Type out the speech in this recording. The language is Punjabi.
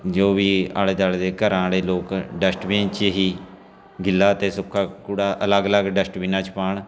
ਜੋ ਵੀ ਆਲੇ ਦੁਆਲੇ ਦੇ ਘਰਾਂ ਵਾਲੇ ਲੋਕ ਡਸਟਬੀਨ 'ਚ ਹੀ ਗਿੱਲਾ ਅਤੇ ਸੁੱਕਾ ਕੂੜਾ ਅਲੱਗ ਅਲੱਗ ਡਸਟਬੀਨਾਂ 'ਚ ਪਾਉਣ